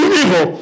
evil